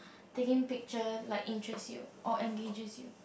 taking picture like interest you or engages you